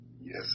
yes